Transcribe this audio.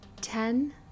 Ten